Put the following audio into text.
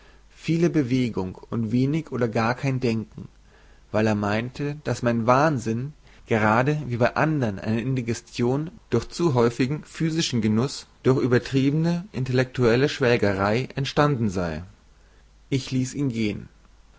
viele bewegung und wenig oder gar kein denken weil er meinte daß mein wahnsinn gerade wie bei andern eine indigestion durch zu häufigen physischen genuß durch übertriebene intellektuelle schwelgerei entstanden sei ich ließ ihn gehen